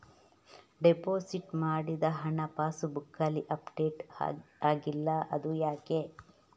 Deposit ಮಾಡಿದ ಹಣ ಪಾಸ್ ಬುಕ್ನಲ್ಲಿ ಅಪ್ಡೇಟ್ ಆಗಿಲ್ಲ ಅದು ಯಾಕೆ?